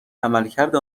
عملکرد